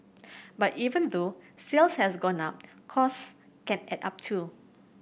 but even though sales has gone up cost can add up too